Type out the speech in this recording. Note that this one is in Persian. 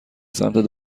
سمت